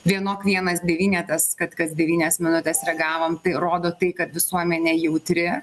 vienok vienas devynetas kad kas devynias minutes reagavom tai rodo tai kad visuomenė jautri